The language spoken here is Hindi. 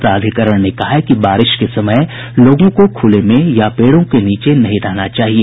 प्राधिकरण ने कहा है कि बारिश के समय लागों को खुले में या पेड़ों के नीचे नहीं रहना चाहिए